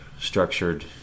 structured